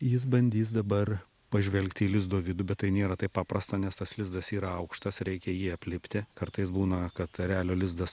jis bandys dabar pažvelgti į lizdo vidų bet tai nėra taip paprasta nes tas lizdas yra aukštas reikia jį aplipti kartais būna kad erelio lizdas